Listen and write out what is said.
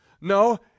No